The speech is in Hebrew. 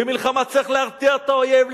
במלחמה צריך להרתיע את האויב,